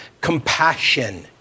compassion